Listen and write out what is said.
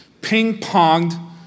ping-ponged